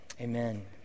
amen